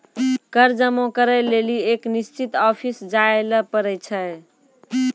कर जमा करै लेली एक निश्चित ऑफिस जाय ल पड़ै छै